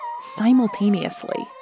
simultaneously